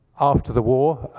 after the war,